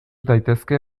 daitezke